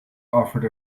offered